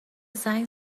زنگ